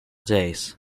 days